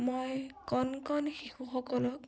মই কণ কণ শিশুসকলক